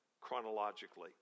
chronologically